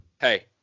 Hey